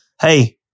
hey